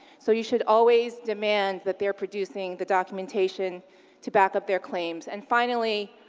so you should always demand that they are producing the documentation to back up their claims. and finally,